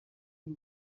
y’u